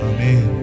Amen